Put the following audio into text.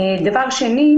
דבר שני,